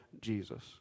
Jesus